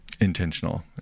intentional